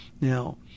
Now